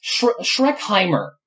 Shrekheimer